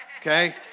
okay